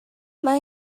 mae